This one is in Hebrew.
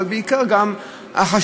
אבל בעיקר החשיבות,